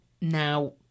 now